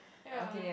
ya